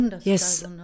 Yes